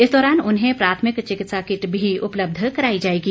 इस दौरान उन्हें प्राथमिक चिकित्सा किट भी उपलब्ध कराई जाएगी